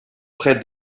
près